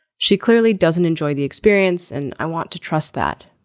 she clearly doesn't enjoy the experience and i want to trust that.